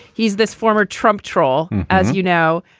he's this former trump troll as you now.